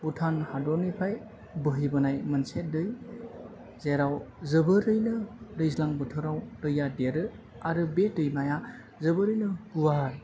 भुटान हादरनिफ्राय बोहैबोनाय मोनसे दै जेराव जोबोरैनो दैज्लां बोथोराव दैया देरो आरो बे दैमाया जोबोरैनो गुवार